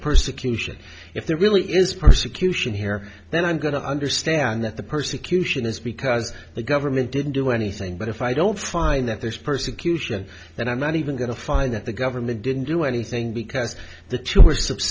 persecution if there really is persecution here then i'm going to understand that the persecution is because the government didn't do anything but if i don't find that there's persecution that i'm not even going to find that the government didn't do anything because the t